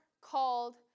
called